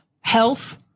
health